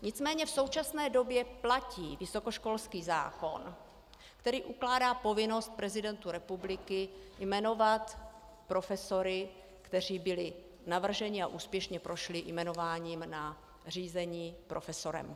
Nicméně v současné době platí vysokoškolský zákon, který ukládá povinnost prezidentu republiky jmenovat profesory, kteří byli navrženi a úspěšně prošli řízením na jmenováním profesorem.